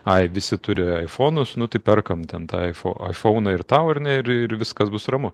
ai visi turi iphonus nu tai perkam ten tą ipho iphoną ir tau ar ne ir ir viskas bus ramu